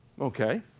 Okay